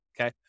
Okay